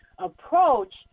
Approach